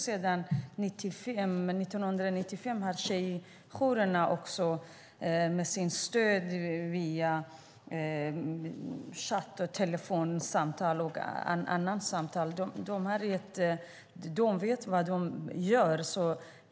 Sedan 1995 har tjejjourerna också stöd via chatt, telefonsamtal och andra samtal. De vet vad de gör.